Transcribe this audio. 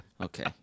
Okay